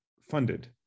funded